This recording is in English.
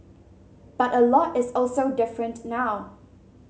but a lot is also different now